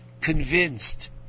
convinced